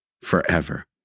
forever